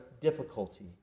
difficulty